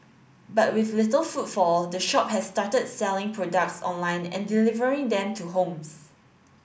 but with little footfall the shop has started selling products online and delivering them to homes